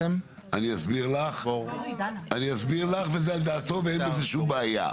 אני אסביר לך וזה על דעתו ואין בזה שום בעיה,